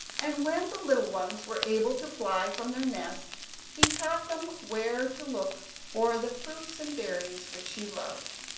and when the little ones were able to fly from their nest he taught them where to look for the fruits and berries which she loved.